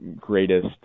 greatest